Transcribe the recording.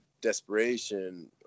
desperation